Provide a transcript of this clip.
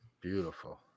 Beautiful